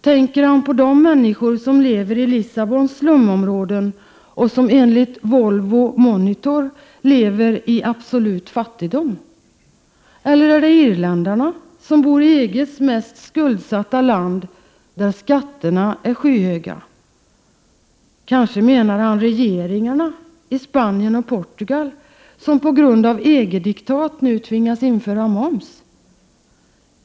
Tänker han på de människor som lever i Lissabons slumområden och som enligt ”Volvo Monitor” lever i ”absolut fattigdom”? Eller är det irländarna, som bor i EG:s mest skuldsatta land, där skatterna är skyhöga? Kanske menar han regeringarna i Spanien och Portugal, som på grund av EG-diktat nu tvingas införa moms?